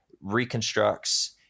reconstructs